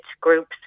groups